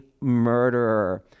murderer